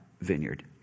vineyard